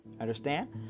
Understand